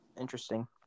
Interesting